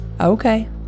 Okay